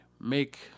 make